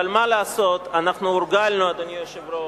אבל מה לעשות, אנחנו הורגלנו, אדוני היושב-ראש,